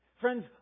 Friends